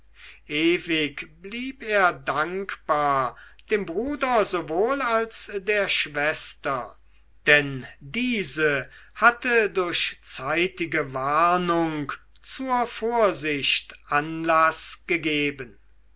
ewig blieb er dankbar dem bruder sowohl als der schwester denn diese hatte durch zeitige warnung zur vorsicht anlaß gegeben